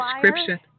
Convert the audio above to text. description